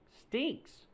stinks